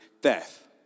death